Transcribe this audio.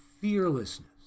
fearlessness